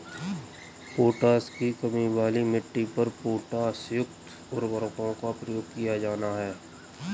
potash की कमी वाली मिट्टी पर पोटाशयुक्त उर्वरकों का प्रयोग किया जाना है